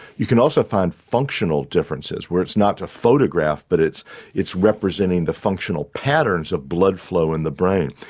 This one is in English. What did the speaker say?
you can also find functional differences where it's not a photograph but it's it's representing the functional patterns of blood flow in the brain.